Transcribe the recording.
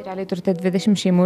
realiai turite dvidešim šeimų